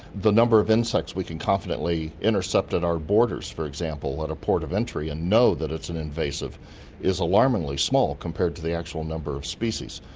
the number of insects we can confidently intercept at our borders, for example, at a port of entry and know that it's an invasive is alarmingly small compared to the actual number of species.